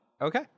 Okay